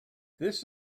this